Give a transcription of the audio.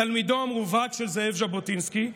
תלמידו המובהק של זאב ז'בוטינסקי,